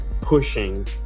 pushing